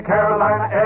Carolina